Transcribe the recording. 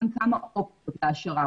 כמה אופציות להעשרה.